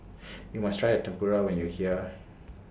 YOU must Try Tempura when YOU Are here